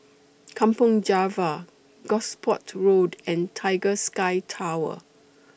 Kampong Java Gosport Road and Tiger Sky Tower